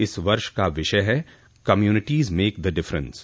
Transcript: इस वर्ष का विषय है कम्यूनिटीज मेक द डिफरेंस